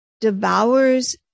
devours